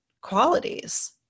qualities